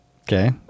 okay